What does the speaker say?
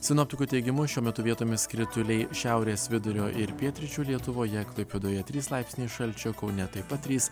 sinoptikų teigimu šiuo metu vietomis krituliai šiaurės vidurio ir pietryčių lietuvoje klaipėdoje trys laipsniai šalčio kaune taip pat trys